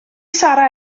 sarra